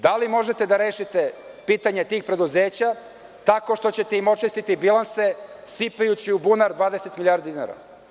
Da li možete da rešite pitanje tih preduzeća tako što ćete im očistiti bilanse sipajući u bunar 20 milijardi dinara?